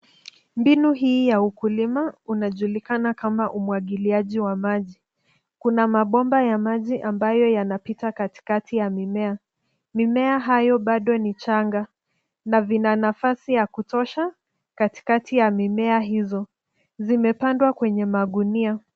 Mbinu hii ya ukulima unajulikana kama umwagiliaji wa maji. Kuna mabomba ya maji ambayo yanapita katikati ya mimea. Mimea hayo bado ni changa na vina nafasi ya kutosha katikati ya mimea hizo. Zimepandwa kwenye magunia.